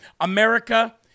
America